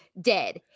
dead